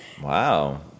wow